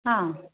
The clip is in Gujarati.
હા